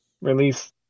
release